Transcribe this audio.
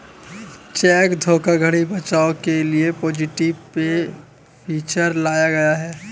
check धोखाधड़ी बचाव के लिए पॉजिटिव पे फीचर लाया गया है